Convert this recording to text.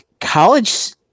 college